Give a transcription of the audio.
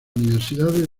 universidades